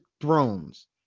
Thrones